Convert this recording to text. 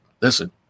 listen